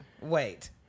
wait